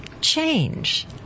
change